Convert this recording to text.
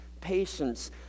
patience